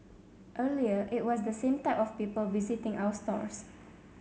earlier it was the same type of people visiting our stores